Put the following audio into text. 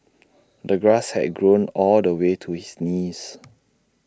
the grass had grown all the way to his knees